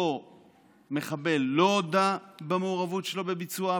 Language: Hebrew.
אותו מחבל לא הודה במעורבות שלו בביצוע הפיגוע,